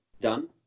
done